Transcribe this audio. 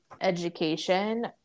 education